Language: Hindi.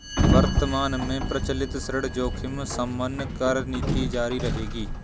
वर्तमान में प्रचलित ऋण जोखिम शमन कार्यनीति जारी रहेगी